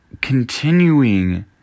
continuing